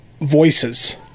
voices